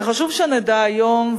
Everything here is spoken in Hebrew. וחשוב שנדע היום,